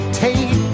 take